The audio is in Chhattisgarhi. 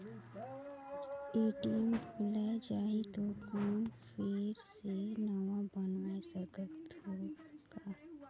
ए.टी.एम भुलाये जाही तो कौन फिर से नवा बनवाय सकत हो का?